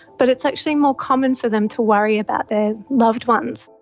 but it's actually more common for them to worry about their loved ones.